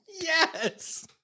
Yes